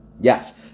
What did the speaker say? Yes